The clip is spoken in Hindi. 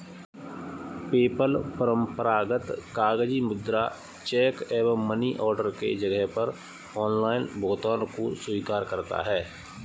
पेपल परंपरागत कागजी मुद्रा, चेक एवं मनी ऑर्डर के जगह पर ऑनलाइन भुगतान को स्वीकार करता है